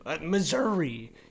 Missouri